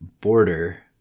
border